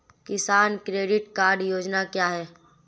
किसान credit card योजना क्या है?